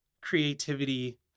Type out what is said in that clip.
creativity